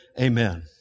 amen